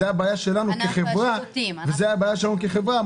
זו הבעיה שלנו כחברה,